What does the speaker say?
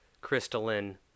crystalline